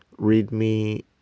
readme